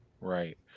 Right